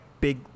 big